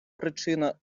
причина